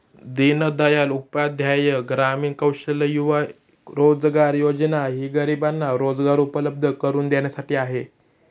दीनदयाल उपाध्याय ग्रामीण कौशल्य युवा रोजगार योजना ही गरिबांना रोजगार उपलब्ध करून देण्यासाठी आहे